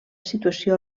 situació